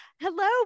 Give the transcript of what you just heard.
hello